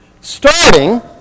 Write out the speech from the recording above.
starting